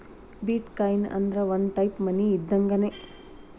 ಬಿಟ್ coin ಅಂದ್ರ ಒಂದ type money ಇದ್ದಂಗ್ಗೆನ್